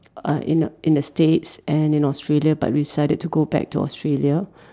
uh in the in the states and in Australia but we decided to go back to Australia